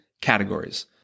categories